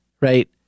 right